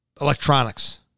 Electronics